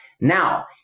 Now